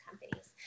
companies